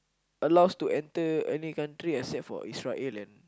allows to enter any country except for Israel and